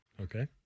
Okay